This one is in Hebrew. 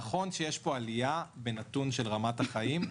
נכון שיש עלייה בנתון של רמת החיים,